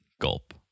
gulp